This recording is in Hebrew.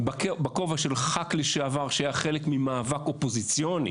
בכובע של ח"כ לשעבר שהיה חלק ממאבק אופוזיציוני